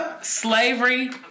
Slavery